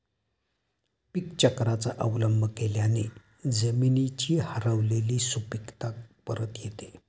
पीकचक्राचा अवलंब केल्याने जमिनीची हरवलेली सुपीकता परत येते